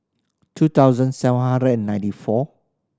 two thousand seven hundred ninety four